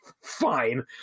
Fine